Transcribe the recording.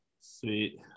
Sweet